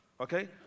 okay